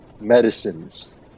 medicines